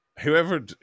Whoever